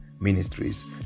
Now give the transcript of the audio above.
Ministries